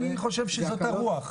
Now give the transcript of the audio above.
אני חושב שזאת הרוח.